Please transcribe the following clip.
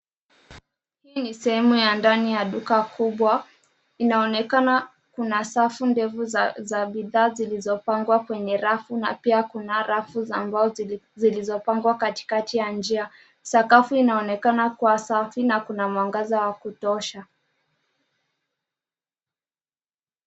Hii ni sehemu ya ndani ya duka kubwa, inaonekana kuna safu ndefu za bidhaa zilizopangwa kwenye rafu na pia kuna rafu za mbao zilizopangwa katikati ya njia. Sakafu inaonekana kuwa safi na kuna mwangaza wa kutosha.